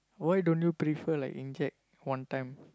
why don't you prefer like inject one time